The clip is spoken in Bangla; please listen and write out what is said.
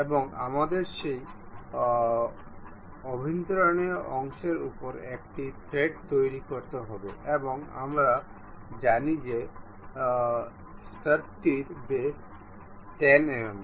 এবং আমাদের সেই অভ্যন্তরীণ অংশের উপর একটি থ্রেড তৈরি করতে হবে এবং আমরা জানি যে স্টাডটির ব্যাস 10 mm